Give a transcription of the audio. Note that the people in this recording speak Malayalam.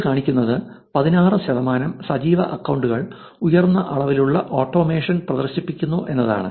ഇത് കാണിക്കുന്നത് 16 ശതമാനം സജീവ അക്കൌണ്ടുകൾ ഉയർന്ന അളവിലുള്ള ഓട്ടോമേഷൻ പ്രദർശിപ്പിക്കുന്നു എന്നതാണ്